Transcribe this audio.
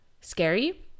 scary